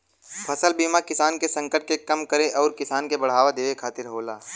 फसल बीमा किसान के संकट के कम करे आउर किसान के बढ़ावा देवे खातिर होला